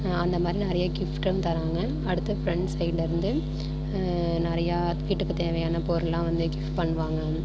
அந்தமாதிரி நிறையா கிஃப்ட்டும் தராங்க அடுத்த ஃப்ரண்ட்ஸ் சைடில் இருந்து நிறையா வீட்டுக்கு தேவையான பொருளான் கிஃப்ட் பண்ணுவாங்கள்